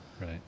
right